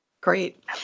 Great